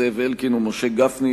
זאב אלקין ומשה גפני,